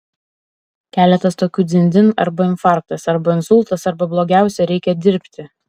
keletas tokių dzin dzin arba infarktas arba insultas arba blogiausia reikia dirbti